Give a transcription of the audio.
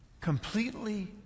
Completely